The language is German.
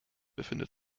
befindet